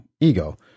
ego